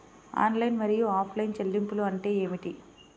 Online మరియు offline చెల్లింపులు అంటే ఏమిటి?